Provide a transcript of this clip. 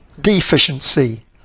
deficiency